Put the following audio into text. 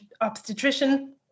obstetrician